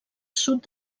sud